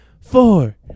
four